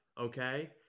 okay